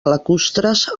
lacustres